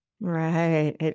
right